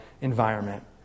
environment